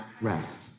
rest